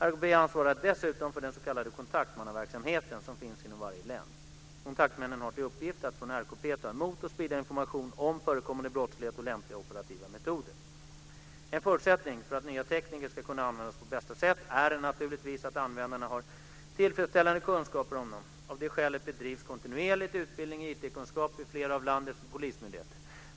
RKP ansvarar dessutom för den s.k. kontaktmannaverksamheten som finns inom varje län. Kontaktmännen har till uppgift att från RKP ta emot och sprida information om förekommande brottslighet och lämpliga operativa metoder. En förutsättning för att nya tekniker ska kunna användas på bästa sätt är naturligtvis att användarna har tillfredsställande kunskaper om dem. Av det skälet bedrivs kontinuerligt utbildning i IT-kunskap vid flera av landets polismyndigheter.